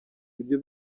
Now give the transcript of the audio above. ibyo